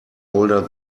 older